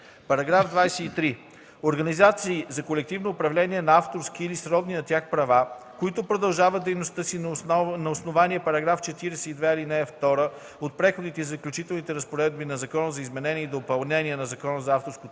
„§ 23. Организации за колективно управление на авторски или сродни на тях права, които продължават дейността си на основание § 42, ал. 2 от Преходните и заключителните разпоредби на Закона за изменение и допълнение на Закона за авторското право